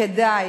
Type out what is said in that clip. כדאי,